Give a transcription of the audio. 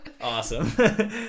Awesome